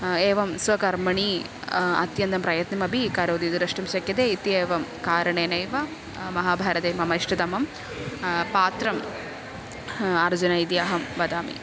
एवं स्वकर्मणि अत्यन्तं प्रयत्नमपि करोति द्रष्टुं शक्यते इति एवं कारणेनैव महाभारते मम इष्टतमं पात्रम् अर्जुनः इति अहं वदामि